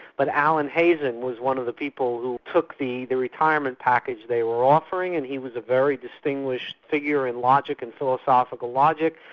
but allen hazen was one of the people who took the the retirement package they were offering, and he was a very distinguished figure in logic and philosophical logic,